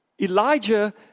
Elijah